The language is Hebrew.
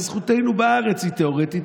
אז זכותנו בארץ היא תיאורטית,